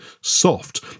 soft